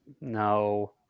No